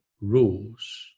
rules